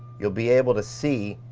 you'll be able to see,